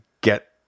get